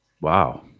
Wow